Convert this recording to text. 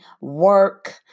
work